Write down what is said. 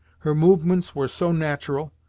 her movements were so natural,